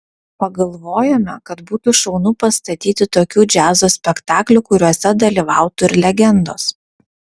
pagalvojome kad būtų šaunu pastatyti tokių džiazo spektaklių kuriuose dalyvautų ir legendos